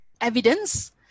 evidence